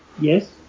Yes